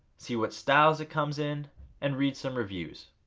see what styles it comes in and read some reviews.